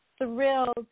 thrilled